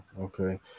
Okay